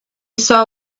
saw